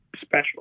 special